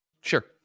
Sure